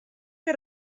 que